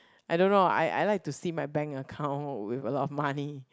I don't know I I like to see my bank account with a lot of money